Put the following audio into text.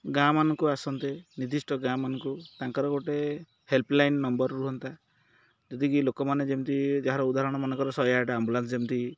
ଗାଁମାନଙ୍କୁ ଆସନ୍ତେ ନିର୍ଦ୍ଦିଷ୍ଟ ଗାଁମାନଙ୍କୁ ତାଙ୍କର ଗୋଟେ ହେଲ୍ପଲାଇନ୍ ନମ୍ବର୍ ରୁହନ୍ତା ଯଦିକି ଲୋକମାନେ ଯେମିତି ଯାହାର ଉଦାହରଣ ମନଙ୍କର ଶହେ ଆଠେ ଆମ୍ବୁଲାନ୍ସ୍ ଯେମିତି